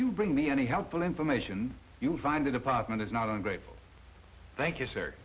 you bring me any helpful information you'll find the department is not i'm grateful thank you sir